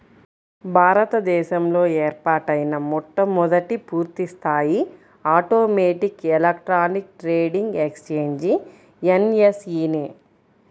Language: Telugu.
భారత దేశంలో ఏర్పాటైన మొట్టమొదటి పూర్తిస్థాయి automatic electronic trading exchange NSE నే